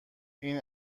این